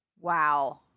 Wow